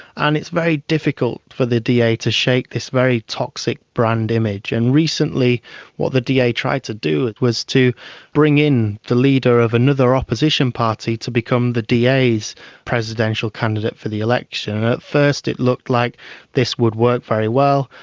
and it's very difficult for the da to shake this very toxic brand image. and recently what the da tried to do to do was to bring in the leader of another opposition party to become the da's presidential candidate for the election. and at first it looked like this would work very well.